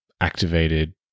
activated